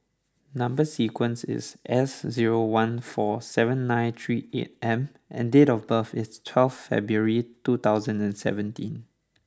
number sequence is S zero one four seven nine three eight M and date of birth is twelfth February two thousand and seventeen